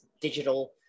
digital